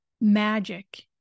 magic